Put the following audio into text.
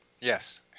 Yes